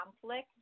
conflict